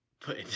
put